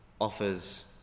offers